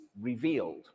revealed